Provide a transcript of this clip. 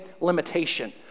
limitation